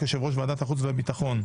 יושב-ראש ועדת החוץ והביטחון,